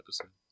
episode